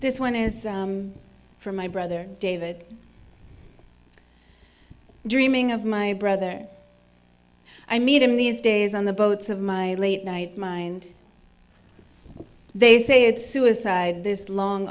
this one is from my brother david dreaming of my brother i meet him these days on the boats of my late night mind they say it's suicide this long